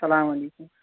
اسلامُ علیکُم